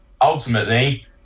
ultimately